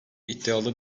iddialı